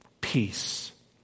peace